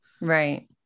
Right